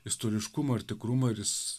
istoriškumą ir tikrumą ir jis